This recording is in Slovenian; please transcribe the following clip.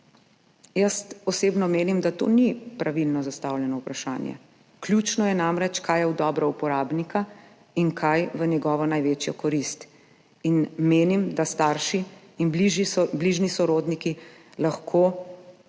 Jaz osebno menim, da to ni pravilno zastavljeno vprašanje. Ključno je namreč, kaj je v dobro uporabnika in kaj v njegovo največjo korist. Menim, da lahko starši in bližnji sorodniki v